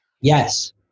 Yes